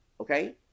Okay